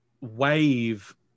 wave